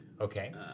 okay